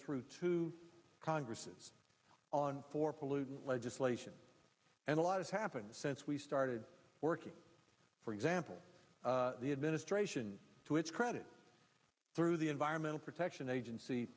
through two congresses on four pollutant legislation and a lot of happened since we started working for example the administration to its credit through the environmental protection agency